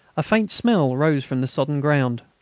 a faint smell rose from the sodden ground.